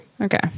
Okay